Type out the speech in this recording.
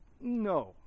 no